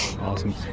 Awesome